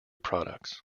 products